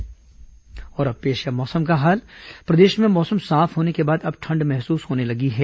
मौसम और अब पेश है मौसम का हाल प्रदेश में मौसम साफ होने के बाद अब ठंड महसूस होने लगी है